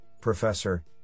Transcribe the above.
Professor